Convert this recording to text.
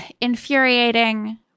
Infuriating